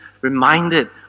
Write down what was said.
reminded